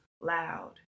loud